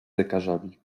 lekarzami